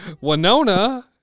Winona